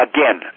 Again